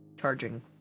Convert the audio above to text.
charging